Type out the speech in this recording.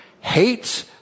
hates